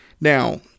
Now